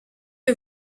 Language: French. que